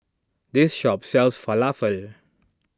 this shop sells Falafel